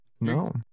No